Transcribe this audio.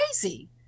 crazy